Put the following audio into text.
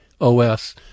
OS